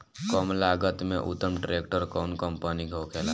कम लागत में उत्तम ट्रैक्टर कउन कम्पनी के होखेला?